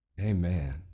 Amen